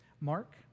Mark